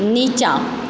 नीचाँ